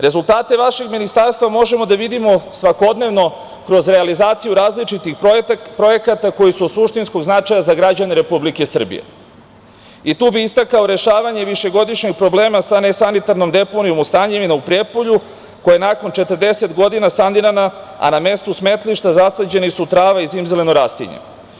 Rezultate vašeg ministarstva možemo da vidimo svakodnevno kroz realizaciju različitih projekata koji su od suštinskog značaja za građane Republike Srbije i tu bih istakao rešavanje višegodišnjeg problema sa nesanitarnom deponijom Stanjevinu u Prijepolju koja je nakon 40 godina sanirana, a na mestu smetlišta zasađeni su trava i zimzeleno rastinje.